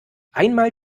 einmal